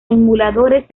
emuladores